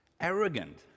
arrogant